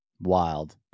Wild